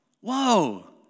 Whoa